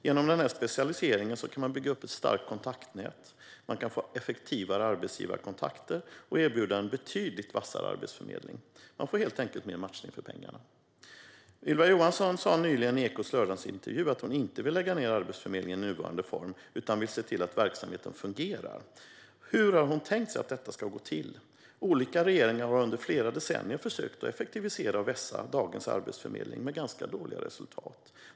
Genom denna specialisering kan man bygga upp ett starkt kontaktnät, få effektivare arbetsgivarkontakter och erbjuda en betydligt vassare arbetsförmedling. Man får helt enkelt mer matchning för pengarna. Ylva Johansson sa nyligen i Ekots lördagsintervju att hon inte vill lägga ned Arbetsförmedlingen i nuvarande form utan vill se till att verksamheten fungerar. Hur har hon tänkt sig att detta ska gå till? Olika regeringar har under flera decennier försökt effektivisera och vässa dagens Arbetsförmedling med ganska dåliga resultat.